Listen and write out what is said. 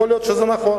יכול להיות שזה נכון.